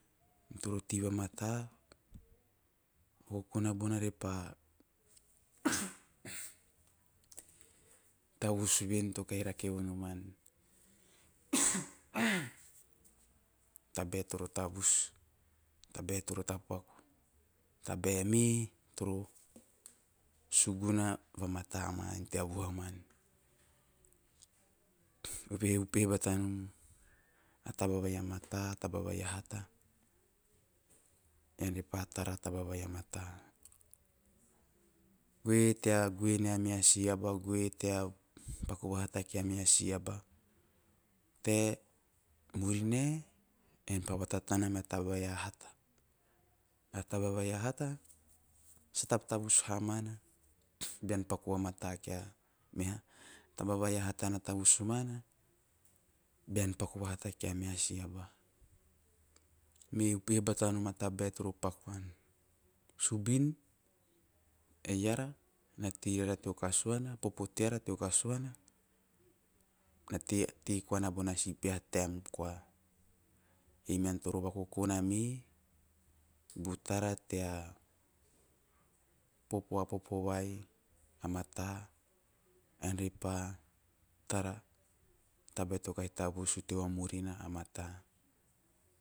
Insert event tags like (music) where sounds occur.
Ean toro tei vamata o vakokona bona re pa (noise) tavus ven to kahi rake vanoman (noise) tabae toro tavus, tabae toro tapaku, tabae me toro suguna vamata ma tea vuha man evehe upehe batanom o taba vai a mata. Goe tea goe nea meha si aba, goe tea paku vahata nea meha si aba te murine ean pa vatatana me a taba vai a hata. A taba vai a hata sa tavtavus ha mana beam paku vamata kia meha, a taba vai a hata na tavus mana bean paku vahata kia meha si aba, me upehe batanom a tabae toro paku an subin eara na tei rara teo kusuana a popo teo kasuana na tei koana bana si peha taem koa ei mean toro vokokona me, butara tea popo a popo vai a mata ean re pa tara a tabae to kahi tavus u teo vamurina a mata.